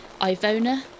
ivona